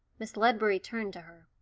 miss ledbury turned to her.